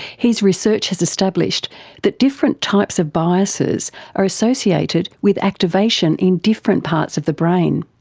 his research has established that different types of biases are associated with activation in different parts of the brain.